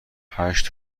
هشت